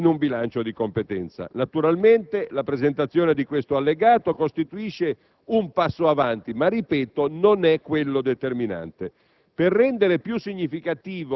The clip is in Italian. troverebbe allocazione in un bilancio di competenza. Naturalmente, la presentazione di questo allegato costituisce un passo avanti, ma - ripeto - non è quello determinante.